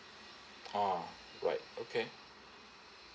ah right okay